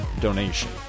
donation